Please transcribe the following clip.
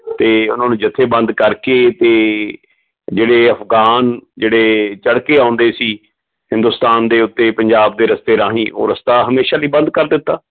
ਅਤੇ ਉਹਨਾਂ ਨੂੰ ਜਥੇਬੰਦ ਕਰਕੇ ਅਤੇ ਜਿਹੜੇ ਅਫਗਾਨ ਜਿਹੜੇ ਚੜ੍ਹ ਕੇ ਆਉਂਦੇ ਸੀ ਹਿੰਦੁਸਤਾਨ ਦੇ ਉੱਤੇ ਪੰਜਾਬ ਦੇ ਰਸਤੇ ਰਾਹੀਂ ਉਹ ਰਸਤਾ ਹਮੇਸ਼ਾ ਲਈ ਬੰਦ ਕਰ ਦਿੱਤਾ